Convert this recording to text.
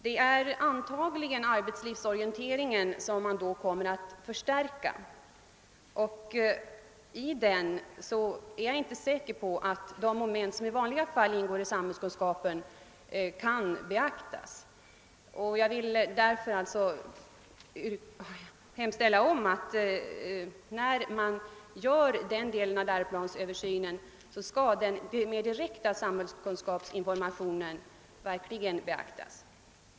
Antagligen är det arbetslivsorienteringen som kommer att förstärkas, och då är jag inte säker på att de moment som i vanliga fall ingår i samhällskunskapen kan beaktas. Jag vill därför hemställa om att den mer direkta samhällskunskapsinformationen verkligen beaktas, när man gör den delen av läroplansöversynen.